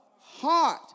Heart